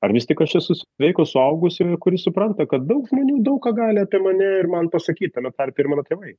ar vis tik aš esu sveiko suaugusiojo kuris supranta kad daug žmonių daug ką gali apie mane ir man pasakyt tame tarpe ir mano tėvai